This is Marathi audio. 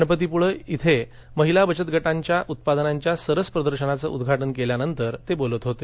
गणपतीपृळे इथं महिला बचत गटांच्या उत्पादनांच्या सरस प्रदर्शनाचं उद्घाटन केल्यानंतर ते बोलत होते